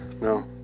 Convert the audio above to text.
No